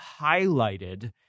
highlighted